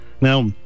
Now